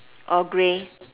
all grey